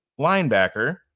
linebacker